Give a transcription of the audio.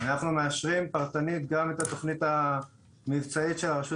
אנחנו מאשרים פרטנית גם את התכנית המבצעית של הרשות